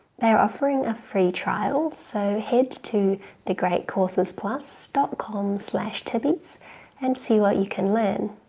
they're offering a free trial so head to thegreatcoursesplus dot com slash tibees and see what you can learn.